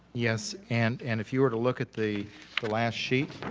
yes. and and if you were to look at the the last sheet,